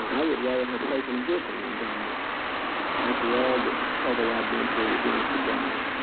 i would rather have taken a whipping than done that after all the trouble i'd been through with gennifer flowers.